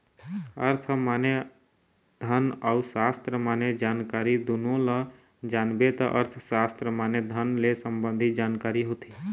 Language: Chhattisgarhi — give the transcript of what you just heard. अर्थ माने धन अउ सास्त्र माने जानकारी दुनो ल जानबे त अर्थसास्त्र माने धन ले संबंधी जानकारी होथे